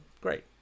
great